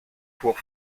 pour